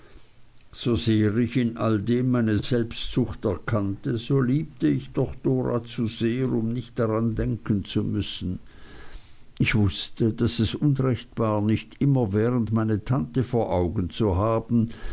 ich in all dem meine selbstsucht erkannte so liebte ich doch dora zu sehr um nicht daran denken zu müssen ich wußte daß es unrecht war nicht immerwährend meine tante vor augen zu haben